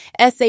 SA